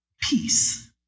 Peace